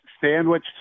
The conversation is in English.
sandwich